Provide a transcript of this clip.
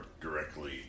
directly